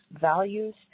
values